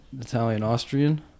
Italian-Austrian